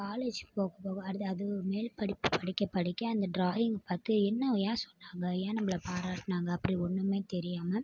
காலேஜுக்கு போக போக அடுத்து அது மேல் படிப்பு படிக்க படிக்க அந்த டிராயிங் பார்த்து என்னை ஏன் சொன்னாங்க ஏன் நம்பளை பாராட்டினாங்க அப்படி ஒன்றுமே தெரியாமல்